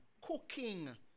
cooking